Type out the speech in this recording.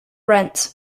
rent